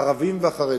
הערבים והחרדים.